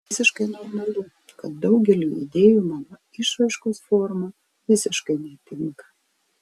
visiškai normalu kad daugeliui idėjų mano išraiškos forma visiškai netinka